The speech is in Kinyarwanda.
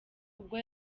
ubwo